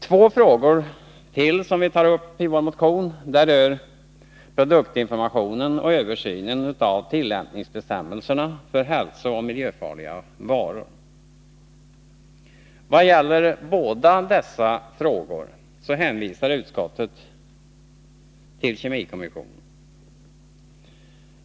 Två andra frågor som vi tar upp i vår motion berör produktinformationen och översynen av tillämpningsbestämmelserna för hälsooch miljöfarliga varor. I vad gäller båda dessa frågor hänvisar utskottet till kemikommissionen.